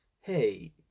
hey